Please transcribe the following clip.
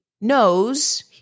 knows